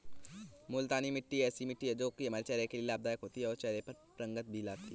मूलतानी मिट्टी ऐसी मिट्टी है जो की हमारे चेहरे के लिए लाभदायक होती है और चहरे पर रंगत भी लाती है